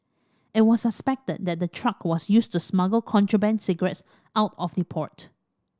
it was suspected that the truck was used to smuggle contraband cigarettes out of the port